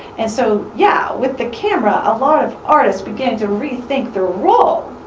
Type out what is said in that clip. and so yeah, with the camera a lot of artists began to really think their role.